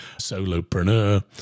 solopreneur